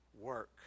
work